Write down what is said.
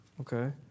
Okay